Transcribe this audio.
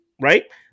right